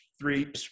three